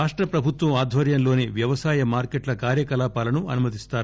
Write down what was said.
రాష్ట ప్రభుత్వ ఆధ్వర్యంలోని వ్యవసాయ మార్కెట్ల కార్యకలాపాలను అనుమతిస్తారు